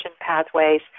pathways